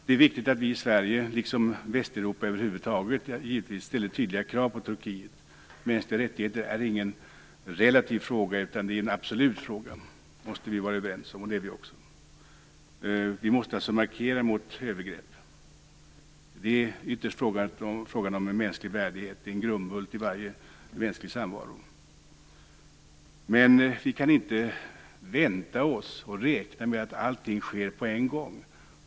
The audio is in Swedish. Det är viktigt att vi i Sverige, liksom givetvis Västeuropa över huvud taget, ställer tydliga krav på Turkiet. Mänskliga rättigheter är ingen relativ fråga utan en absolut fråga. Det måste vi vara överens om, och det är vi också. Vi måste markera mot övergrepp. Det är ytterst fråga om mänsklig värdighet, en grundbult i varje mänsklig samvaro. Men vi kan inte vänta oss och räkna med att allting sker på en gång.